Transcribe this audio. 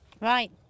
Right